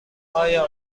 آیا